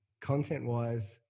content-wise